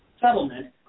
settlement